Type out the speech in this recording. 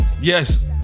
Yes